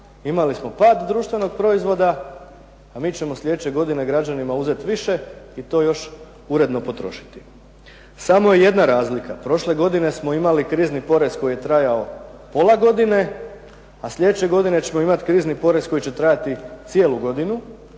Imali smo pad društvenog proizvoda a mi ćemo slijedeće godine građanima uzeti više i to još uredno potrošiti. Samo je jedna razlika. Prošle godine smo imali krizni porez koji je trajao pola godine a slijedeće godine ćemo imati krizni porez koji će trajati cijelu godinu